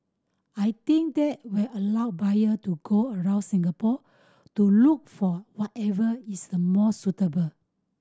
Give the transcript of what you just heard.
I think that will allow buyer to go around Singapore to look for whatever is the more suitable